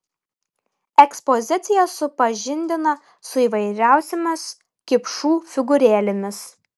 ekspozicija supažindina su įvairiausiomis kipšų figūrėlėmis